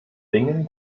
dingen